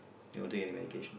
I don't take any medication